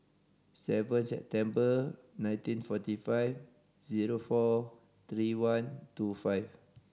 seven September nineteen forty five zero four three one two five